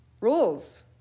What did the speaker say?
Rules